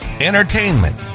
entertainment